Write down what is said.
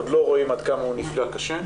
עוד לא רואים עד כמה הוא נפגע קשה,